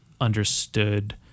understood